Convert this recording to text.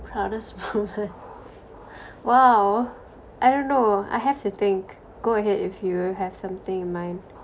proudest moment !wow! I don't know I have to think go ahead if you have something in mind